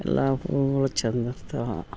ಎಲ್ಲ ಹೂವುಗಳು ಚಂದ ಇರ್ತಾವೆ